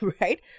right